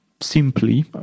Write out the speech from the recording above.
simply